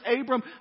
abram